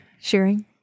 sharing